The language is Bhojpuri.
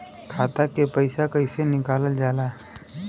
खाता से पैसा कइसे निकालल जाला?